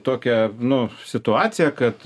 tokią nu situaciją kad